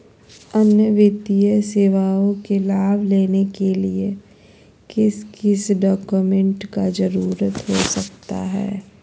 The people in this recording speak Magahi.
अन्य वित्तीय सेवाओं के लाभ लेने के लिए किस किस डॉक्यूमेंट का जरूरत हो सकता है?